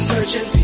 Searching